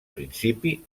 principi